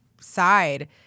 side